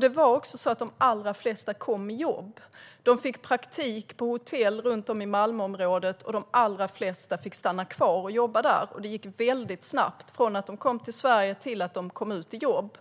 Det var också så att de allra flesta kom i jobb. De fick praktik på hotell runt om i Malmöområdet, och de allra flesta fick stanna kvar och jobba där. Det gick väldigt snabbt från att de kom till Sverige till att de kom ut i jobb.